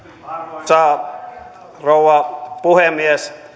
arvoisa rouva puhemies